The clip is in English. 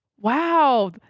wow